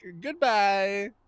goodbye